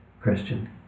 Christian